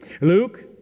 Luke